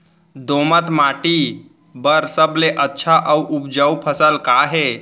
दोमट माटी बर सबले अच्छा अऊ उपजाऊ फसल का हे?